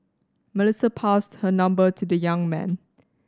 Melissa passed her number to the young man